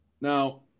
Now